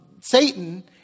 Satan